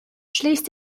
schließt